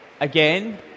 again